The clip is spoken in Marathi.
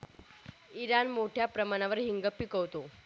इराण मोठ्या प्रमाणावर हिंग पिकवतो